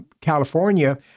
California